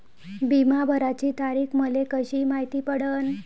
बिमा भराची तारीख मले कशी मायती पडन?